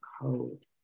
code